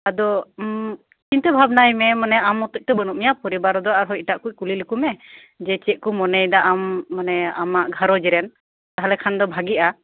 ᱟᱫᱚ ᱪᱤᱱᱛᱟᱹ ᱵᱷᱟᱵᱱᱟᱭ ᱢᱮ ᱢᱟᱱᱮ ᱟᱢ ᱢᱚᱛᱚᱡ ᱫᱚ ᱵᱟᱹᱱᱩᱜ ᱢᱮᱭᱟ ᱯᱚᱨᱚᱵᱟᱨ ᱨᱮᱫᱚ ᱟᱨᱦᱚᱸ ᱮᱴᱟᱜ ᱠᱩᱡ ᱠᱩᱞᱤ ᱞᱮᱠᱩᱢᱮ ᱡᱮ ᱪᱮᱫ ᱠᱚ ᱢᱚᱱᱮ ᱭᱮᱫᱟ ᱟᱢ ᱢᱟᱱᱮ ᱟᱢᱟᱜ ᱜᱷᱟᱨᱚᱡᱽ ᱨᱮᱱ ᱛᱟᱦᱚᱞᱮ ᱠᱷᱟᱱ ᱫᱚ ᱵᱷᱟᱹᱜᱤᱜᱼᱟ